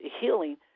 healing